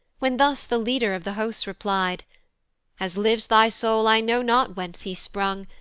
when thus the leader of the host reply'd as lives thy soul i know not whence he sprung,